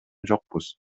жокпуз